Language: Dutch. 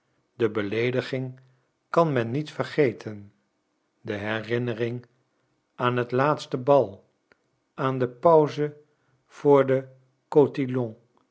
de beleediging kan men niet vergeten de herinnering aan het laatste bal aan de pauze voor den